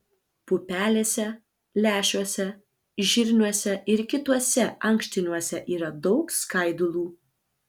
pupelėse lęšiuose žirniuose ir kituose ankštiniuose yra daug skaidulų